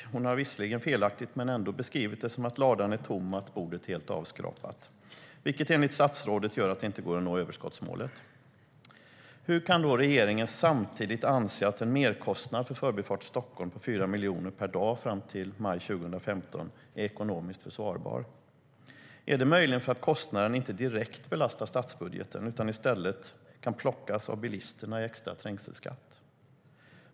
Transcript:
Hon har - visserligen felaktigt, men ändå - beskrivit det som att ladan är tom och bordet helt avskrapat, vilket enligt statsrådet gör att det inte går att nå överskottsmålet. Hur kan då regeringen anse att en merkostnad för Förbifart Stockholm på 4 miljoner per dag fram till maj 2015 är ekonomiskt försvarbar? Är det möjligen för att kostnaden inte belastar statsbudgeten direkt utan kan plockas av bilisterna i extra trängselskatt?